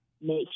make